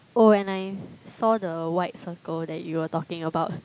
oh and I saw the white circle that you were talking about